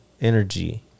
energy